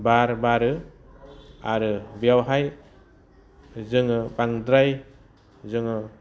बार बारो आरो बेयावहाय जोङो बांद्राय जोङो